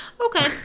Okay